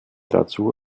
dazu